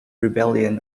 rebellion